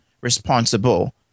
responsible